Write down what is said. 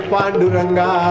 Panduranga